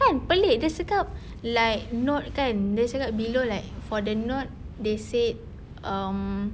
kan pelik dia cakap like note kan dia cakap below like for the note they said um